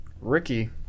Ricky